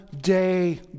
day